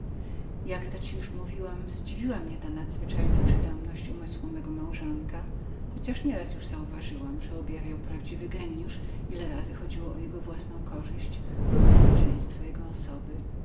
jak to panu już mówiłam zdziwiła mnie ta nadzwyczajna przytomność umysłu mego małżonka chociaż nieraz już uważałam że objawiał prawdziwy genjusz ile razy chodziło o jego własną korzyść lub nietykalność osoby